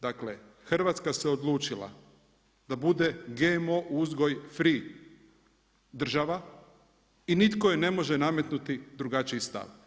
Dakle, Hrvatska se odlučila da bude GMO uzgoj free država i nitko je ne može nametnuti drugačiji stav.